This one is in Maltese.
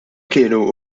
kienu